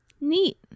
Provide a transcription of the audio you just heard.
Neat